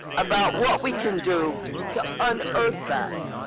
about what we can do to unearth that,